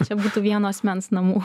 čia būtų vieno asmens namų